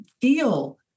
feel